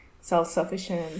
self-sufficient